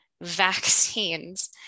Vaccines